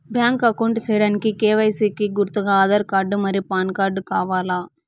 Bank account సేయడానికి KYC కి గుర్తుగా ఆధార్ కార్డ్ మరియు పాన్ కార్డ్ కావాలా?